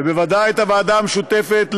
ובוודאי את הוועדה המשותפת,